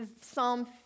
Psalm